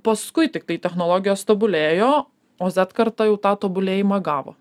paskui tiktai technologijos tobulėjo o z karta jau tą tobulėjimą gavo